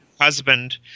husband